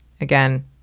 Again